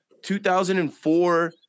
2004